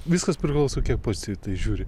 viskas priklauso kiek pats į tai žiūri